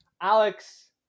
Alex